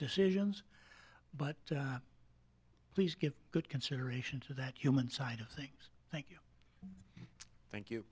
decisions but please give good consideration to that human side of things thank you thank you